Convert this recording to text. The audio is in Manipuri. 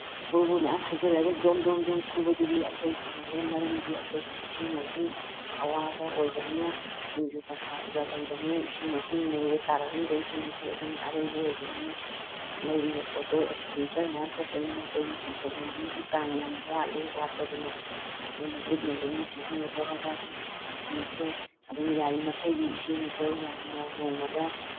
ꯕꯨꯔꯨ ꯕꯨꯔꯨ ꯃꯌꯥꯝ ꯍꯩꯖꯤꯜꯂꯒ ꯖꯣꯝ ꯖꯣꯝ ꯖꯣꯝ ꯁꯨꯕꯗꯨꯗꯤ ꯑꯩꯈꯣꯏ ꯐꯪꯗ꯭ꯔꯦ ꯃꯔꯝꯗꯤ ꯑꯩꯈꯣꯏ ꯏꯁꯤꯡ ꯃꯥꯏꯁꯤꯡ ꯑꯋꯥꯕ ꯑꯣꯏꯕꯅꯤꯅ ꯅꯣꯡꯖꯨ ꯄꯟꯊꯥꯒ ꯂꯩꯕꯅꯤꯅ ꯏꯁꯤꯡ ꯃꯥꯏꯁꯤꯡ ꯅꯩꯔꯦ ꯇꯥꯔꯛꯂꯤꯕ ꯏꯁꯤꯡꯗꯨꯁꯨ ꯑꯗꯨꯅ ꯑꯔꯩꯕ ꯑꯣꯏꯕꯅꯤꯅ ꯂꯩꯔꯤꯕ ꯄꯣꯠꯇꯣ ꯑꯦꯛꯁꯄꯦꯟꯗꯤꯆꯔ ꯃꯌꯥꯝ ꯆꯠꯄꯅꯤꯅ ꯑꯩꯈꯣꯏꯗꯤ ꯁꯦꯟꯊꯣꯛ ꯂꯝꯕꯤꯒꯤ ꯆꯥꯡ ꯌꯥꯝ ꯋꯥꯠꯂꯤ ꯋꯥꯠꯄꯗꯨꯅ ꯑꯩꯈꯣꯏꯅ ꯂꯤꯛꯅ ꯂꯤꯛꯅ ꯁꯤꯖꯤꯟꯅꯖꯔꯒ ꯑꯗꯨꯝ ꯐꯤꯁꯦ ꯑꯗꯨꯝ ꯌꯥꯔꯤꯃꯈꯩꯗꯤ ꯏꯁꯤꯡꯁꯦ ꯌꯥꯝꯅ ꯅꯣꯡꯃꯗ